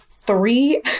three